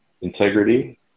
integrity